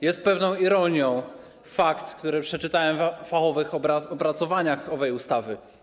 Jest pewną ironią fakt, o którym przeczytałem w fachowych opracowaniach owej ustawy.